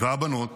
והבנות